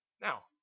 Now